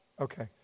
okay